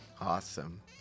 Awesome